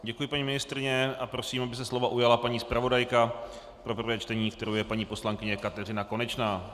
Děkuji paní ministryni a prosím, aby se slova ujala paní zpravodajka pro prvé čtení, kterou je paní poslankyně Kateřina Konečná.